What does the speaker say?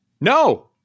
No